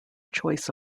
choice